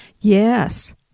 Yes